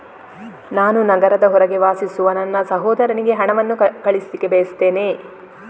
ನಾನು ನಗರದ ಹೊರಗೆ ವಾಸಿಸುವ ನನ್ನ ಸಹೋದರನಿಗೆ ಹಣವನ್ನು ಕಳಿಸ್ಲಿಕ್ಕೆ ಬಯಸ್ತೆನೆ